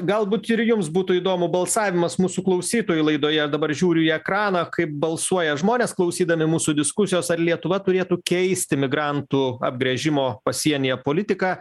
galbūt ir jums būtų įdomu balsavimas mūsų klausytojų laidoje dabar žiūriu ekraną kaip balsuoja žmonės klausydami mūsų diskusijos ar lietuva turėtų keisti migrantų apgręžimo pasienyje politiką